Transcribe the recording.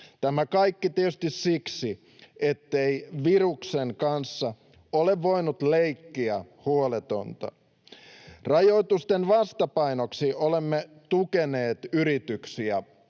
Tämä kaikki tietysti siksi, ettei viruksen kanssa ole voinut leikkiä huoletonta. Rajoitusten vastapainoksi olemme tukeneet yrityksiä